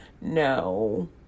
no